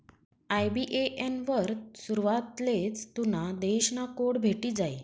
IBAN वर सुरवातलेच तुना देश ना कोड भेटी जायी